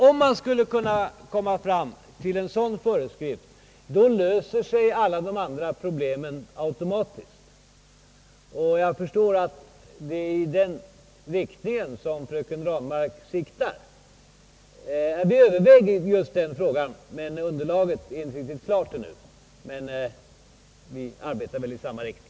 Om man kan komma fram till en sådan föreskrift, då löser sig alla andra problem automatiskt, och jag förstår att det är i den riktningen som fröken Ranmark siktar. Vi överväger just den frågan, men underlaget är inte riktigt klart ännu. Men vi arbetar väl i samma riktning.